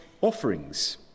offerings